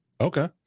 Okay